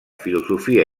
filosofia